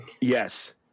Yes